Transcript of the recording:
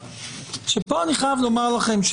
פה אני חייב לומר לכם,